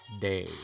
day